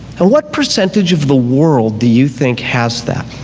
what percentage of the world do you think has that?